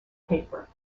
paper